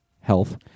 health